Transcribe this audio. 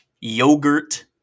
Yogurt